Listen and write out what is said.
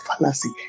fallacy